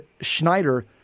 Schneider